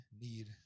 need